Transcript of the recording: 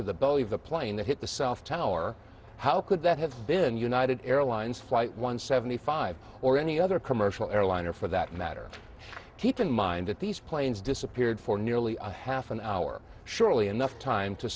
of the plane that hit the south tower how could that have been united airlines flight one seventy five or any other commercial airliner for that matter keep in mind that these planes disappeared for nearly a half an hour surely enough time to